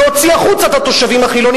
להוציא החוצה את התושבים החילונים,